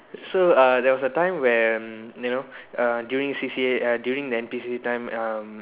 so err there was a time when you know uh during C_C_A uh during the N_P_C_C time um